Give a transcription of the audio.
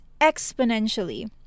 exponentially